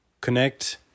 connect